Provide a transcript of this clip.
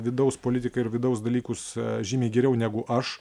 vidaus politiką ir vidaus dalykus žymiai geriau negu aš